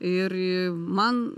ir man